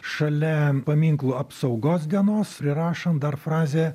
šalia paminklų apsaugos dienos įrašant dar frazę